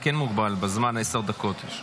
אתה כן מוגבל בזמן, עשר דקות.